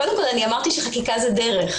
קודם כל אני אמרתי שחקיקה זה דרך.